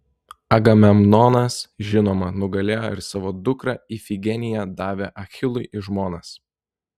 agamemnonas žinoma nugalėjo ir savo dukrą ifigeniją davė achilui į žmonas